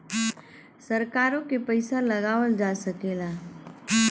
सरकारों के पइसा लगावल जा सकेला